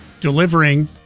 delivering